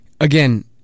again